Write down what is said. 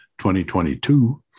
2022